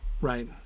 right